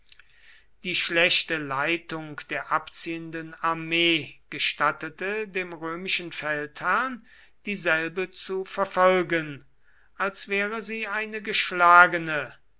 die schlechte leitung der abziehenden armee gestattete dem römischen feldherrn dieselbe zu verfolgen als wäre sie eine geschlagene